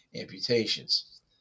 amputations